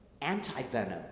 Anti-venom